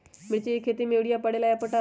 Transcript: मिर्ची के खेती में यूरिया परेला या पोटाश?